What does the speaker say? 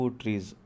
trees